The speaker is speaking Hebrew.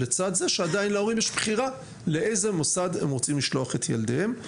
לצד זה שעדיין להורים יש בחירה לאיזה מוסד הם רוצים לשלוח את ילדיהם.